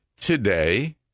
today